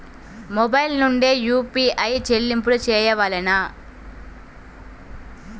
Mobile నుండే UPI చెల్లింపులు చేయవలెనా?